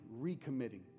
recommitting